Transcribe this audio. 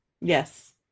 Yes